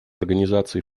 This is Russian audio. организации